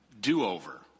do-over